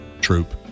troop